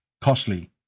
costly